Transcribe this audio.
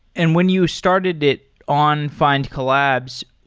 and when you started it on findcollabs,